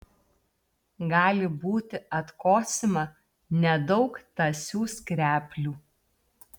gali būti atkosima nedaug tąsių skreplių